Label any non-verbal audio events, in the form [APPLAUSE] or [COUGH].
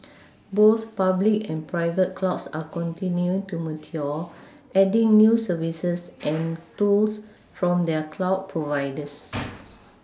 both public and private clouds are continuing to mature adding new services [NOISE] and tools from their cloud providers [NOISE]